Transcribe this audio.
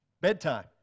bedtime